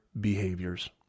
behaviors